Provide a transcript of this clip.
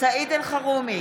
סעיד אלחרומי,